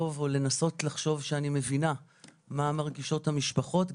לחשוב או לנסות לחשוב שאני מבינה מה מרגישות המשפחות.